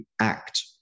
act